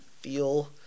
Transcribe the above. feel